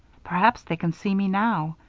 perhaps they can see me now.